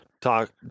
talk